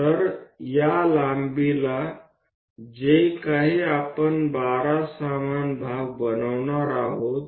तर या लांबीला जे काही आपण 12 समान भाग बनवणार आहोत